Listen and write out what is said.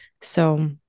So-